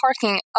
parking